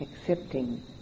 accepting